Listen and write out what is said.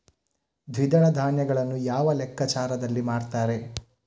ದ್ವಿದಳ ಧಾನ್ಯಗಳನ್ನು ಯಾವ ಲೆಕ್ಕಾಚಾರದಲ್ಲಿ ಮಾರ್ತಾರೆ?